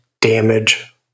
damage